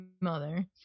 mother